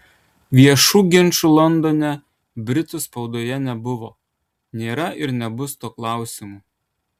viešų ginčų londone britų spaudoje nebuvo nėra ir nebus tuo klausimu